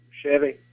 Chevy